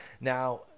Now